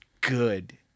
good